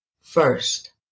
first